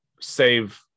save